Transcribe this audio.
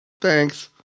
Thanks